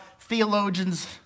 theologians